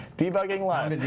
debugging live.